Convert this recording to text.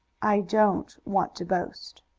i don't want to boast.